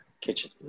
kitchen